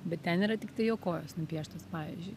bet ten yra tiktai jo kojos nupieštos pavyzdžiui